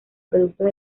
productos